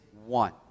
one